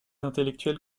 intellectuels